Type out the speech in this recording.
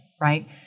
right